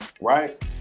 right